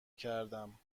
کردم